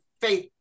faith